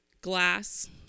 glass